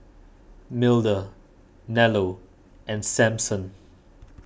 Milda Nello and Samson